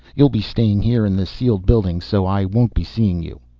you'll be staying here in the sealed buildings so i won't be seeing you.